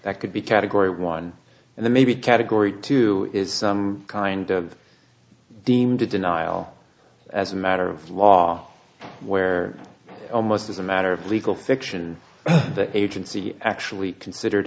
that could be category one and then maybe category two is some kind of deemed a denial as a matter of law where almost as a matter of legal fiction the agency actually considered